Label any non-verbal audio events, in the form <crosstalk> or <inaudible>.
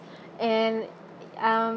<breath> and um